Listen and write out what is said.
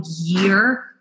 year